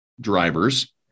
drivers